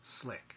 slick